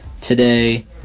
today